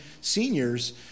seniors